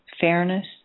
fairness